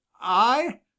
I